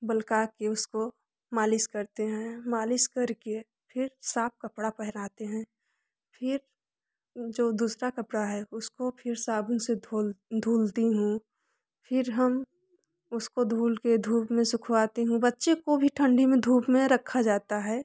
बलका कर उसको मालिश करते हैं मालिश करके फिर साफ कपड़ा पहनाते हैं फिर जो दूसरा कपड़ा है उसको फिर साबुन से धुल धुलती हूँ फिर हम उसको धूल के धूप में सुखाती हूँ बच्चे को भी ठंढी में धूप में रखा जाता है